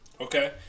Okay